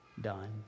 done